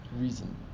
reason